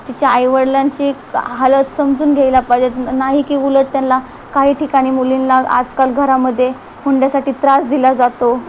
तिच्या आईवडिलांची हालत समजून घ्यायला पाहिजेत नाही की उलट त्यांला काही ठिकाणी मुलींला आजकाल घरामध्ये हुंड्यासाठी त्रास दिला जातो